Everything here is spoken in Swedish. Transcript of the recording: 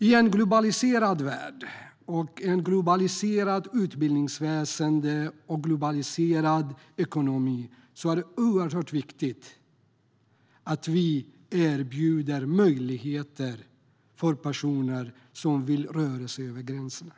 I en globaliserad värld med ett globaliserat utbildningsväsen och en globaliserad ekonomi är det oerhört viktigt att vi erbjuder möjligheter för personer som vill röra sig över gränserna.